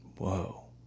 Whoa